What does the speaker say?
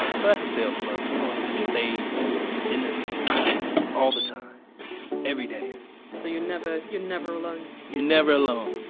so that's a cell slug, someone that just stays in the cell all the time every day and so you're never you're never alone you're never alone.